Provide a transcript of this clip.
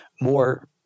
more